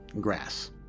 Grass